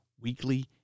weekly